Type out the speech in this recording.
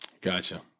Gotcha